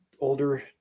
older